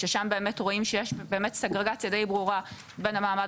ששם באמת רואים שיש באמת סגרגציה די ברורה בין המעמד